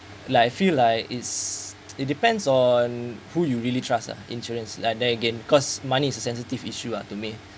like I feel like it's it depends on who you really trust uh insurance like there again cause money is a sensitive issue uh to me